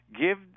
give